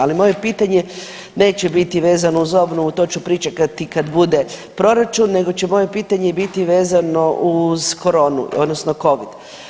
Ali moje pitanje neće biti vezano uz obnovu to ću pričekati kad bude proračun nego će moje pitanje biti vezano uz koronu odnosno covid.